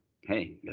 hey